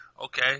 okay